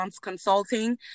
consulting